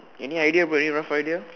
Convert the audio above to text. any idea bro any rough idea